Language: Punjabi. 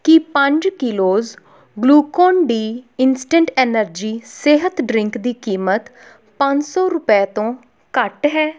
ਕੀ ਪੰਜ kilos Glucon D instant energy ਸਿਹਤ ਡਰਿੰਕ ਦੀ ਕੀਮਤ ਪੰਜ ਸੌ ਰੁਪਏ ਤੋਂ ਘੱਟ ਹੈ